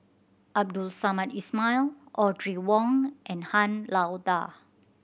Abdul Samad Ismail Audrey Wong and Han Lao Da